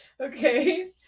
Okay